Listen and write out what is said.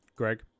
Greg